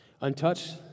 Untouched